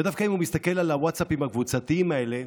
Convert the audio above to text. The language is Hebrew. ודווקא אם הוא מסתכל על הווטסאפים הקבוצתיים האלה,